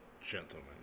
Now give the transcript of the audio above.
gentlemen